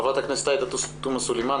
חברת הכנסת עאידה תומא סלימאן,